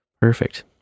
perfect